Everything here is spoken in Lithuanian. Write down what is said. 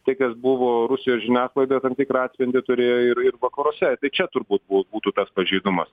tai kas buvo rusijos žiniasklaidoje tam tikrą atspindį turi ir ir vakaruose tai čia turbūt bu būtų tas pažeidumas